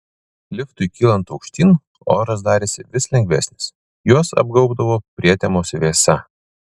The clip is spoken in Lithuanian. liftui kylant aukštyn oras darėsi vis lengvesnis juos apgaubdavo prietemos vėsa